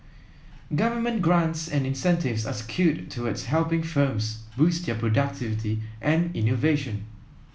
government grants and incentives are skewed towards helping firms boost their productivity and innovation